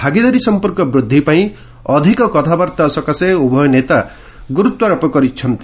ଭାଗିଦାରୀ ସମ୍ପର୍କ ବୃଦ୍ଧି ପାଇଁ ଅଧିକ କଥାବାର୍ତ୍ତା ସକାଶେ ଉଭୟ ନେତା ଗୁରୁତ୍ୱାରୋପ କରିଛନ୍ତି